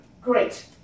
Great